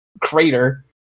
crater